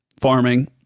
farming